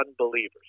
unbelievers